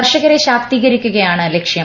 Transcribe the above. കർഷകരെ ശാക്തീകരിക്കുകയാണ് ലക്ഷ്യം